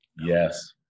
Yes